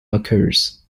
occurs